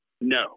No